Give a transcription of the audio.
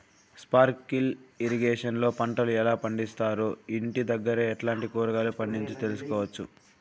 Sprinkle irrigation లో పంటలు ఎలా పండిస్తారు, ఇంటి దగ్గరే ఎట్లాంటి కూరగాయలు పండించు తెలుసుకోవచ్చు?